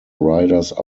riders